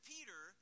Peter